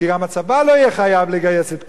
כי גם הצבא לא יהיה חייב לגייס את כולם.